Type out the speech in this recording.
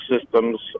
systems